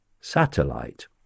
satellite